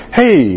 hey